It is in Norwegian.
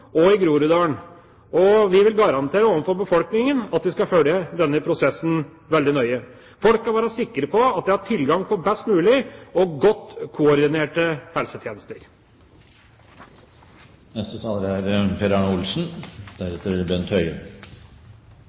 og i Groruddalen. Vi vil garantere overfor befolkningen at vi skal følge denne prosessen veldig nøye. Folk skal være sikre på at de har tilgang til best mulige og godt koordinerte